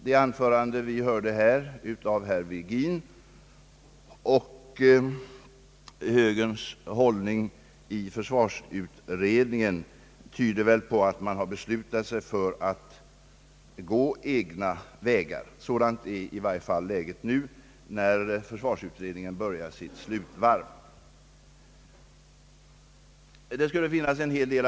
Jag måste också säga att jag tror att varje parti har samma förutsättningar att bedöma försvarsbehoven — i varje fall bör de ha det. Högern har absolut inte något monopol härvidlag.